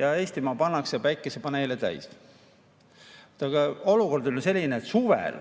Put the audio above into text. ja Eestimaa pannakse päikesepaneele täis. Aga olukord on ju selline, et suvel